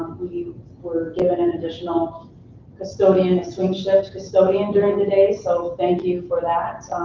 we were given an additional custodian, a swing shift custodian during the day so thank you for that,